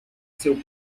seu